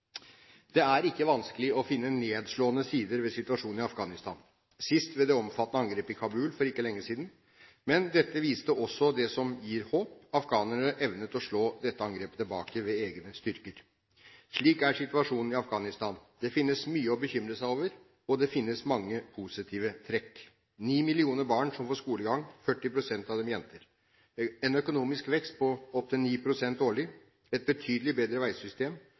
Det er ikke vanskelig å finne nedslående sider ved situasjonen i Afghanistan – sist ved det omfattende angrepet i Kabul for ikke lenge siden. Men dette viste også det som gir håp: Afghanerne evnet å slå dette angrepet tilbake ved egne styrker. Slik er situasjonen i Afghanistan. Det finnes mye å bekymre seg over, men det finnes også mange positive trekk: Ni millioner barn får skolegang, 40 pst. av dem jenter. De har en økonomisk vekst på opptil 9 pst. årlig. De har et betydelig bedre veisystem.